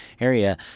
area